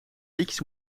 liedjes